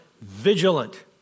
vigilant